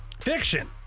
Fiction